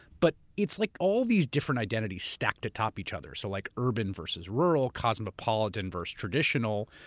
but it's like all these different identities stacked to top each other. so like urban versus rural, cosmopolitan versus traditional,